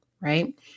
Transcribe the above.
right